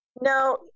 No